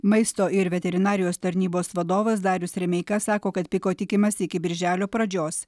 maisto ir veterinarijos tarnybos vadovas darius remeika sako kad piko tikimasi iki birželio pradžios